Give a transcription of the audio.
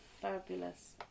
fabulous